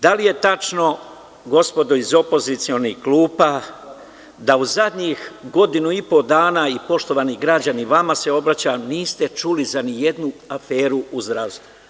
Da li je tačno, gospodo iz opozicionih klupa, da u zadnjih godinu i po dana i poštovani građani, vama se obraćam, niste čuli ni za jednu aferu u zdravstvu?